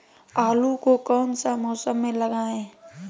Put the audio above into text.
आलू को कौन सा मौसम में लगाए?